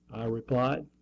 replied.